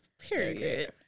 Period